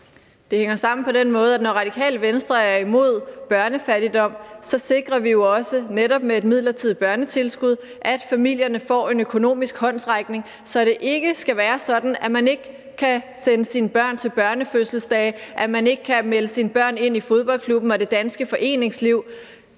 Det hænger sammen på den måde, at fordi Radikale Venstre er imod børnefattigdom, sikrer vi jo netop også med et midlertidigt børnetilskud, at familierne får en økonomisk håndsrækning, så det ikke skal være sådan, at man ikke kan sende sine børn til børnefødselsdage, og at man ikke kan melde sine børn ind i fodboldklubben og det danske foreningsliv.